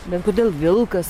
bet kodėl vilkas